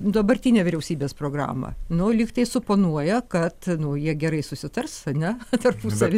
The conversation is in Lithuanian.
dabartinę vyriausybės programą nu lyg tai suponuoja kad nu jie gerai susitars ane tarpusavy